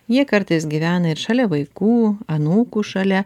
jie kartais gyvena ir šalia vaikų anūkų šalia